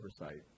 oversight